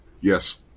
Yes